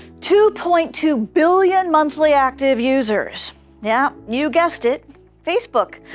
two point two billion monthly active users yeah, you guessed it facebook.